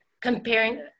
comparing